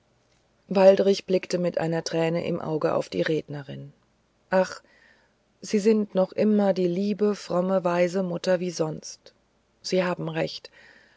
waldrich blickte mit einer träne im auge auf die rednerin ach sie sind noch immer die liebe fromme weise mutter wie sonst sie haben recht